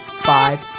five